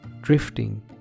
drifting